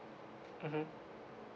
mmhmm